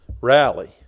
rally